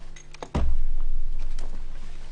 הישיבה נעולה.